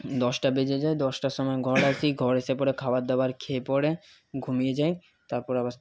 দশটা বেজে যায় দশটার সময় ঘর আসি ঘর এসে পরে খাবার দাবার খেয়ে পরে ঘুমিয়ে যাই তারপর আবার